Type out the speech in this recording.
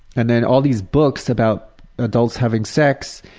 and then all these books about adults having sex,